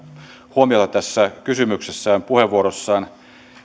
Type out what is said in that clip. huomiota tässä kysymyksessään puheenvuorossaan